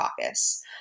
Caucus